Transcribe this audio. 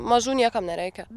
mažų niekam nereikia